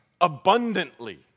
abundantly